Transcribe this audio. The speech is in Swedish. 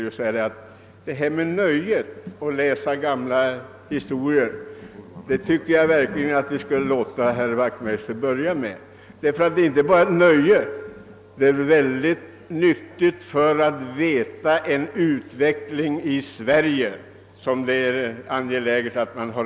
Vad nöjet att läsa historia angår tycker jag att det är ett nöje som herr Wachtmeister verkligen skulle unna sig. Det är för övrigt inte bara ett nöje utan också mycket värdefullt för att få kännedom om utvecklingen här i Sverige, en sak som är mycket bra att känna till.